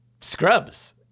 Scrubs